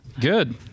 Good